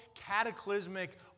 cataclysmic